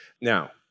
Now